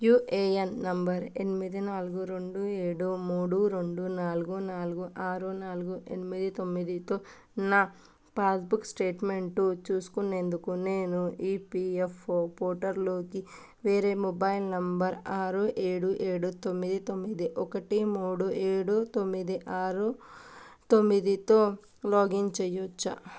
UAN number ఎనిమిది నాలుగు రెండు ఏడు మూడు రెండు నాలుగు నాలుగు ఆరు నాలుగు ఎనిమిది తొమ్మిదితో నా పాస్బుక్ స్టేట్మెంట్ చూసుకునేందుకు నేను ఈపిఎఫ్ఓ పోర్టల్లోకి వేరే మొబైల్ నంబర్ ఆరు ఏడు ఏడు తొమ్మిది తొమ్మిది ఒకటి మూడు ఏడు తొమ్మిది ఆరు తొమ్మిదితో లాగిన్ చెయ్యొచ్చా